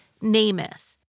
NamUs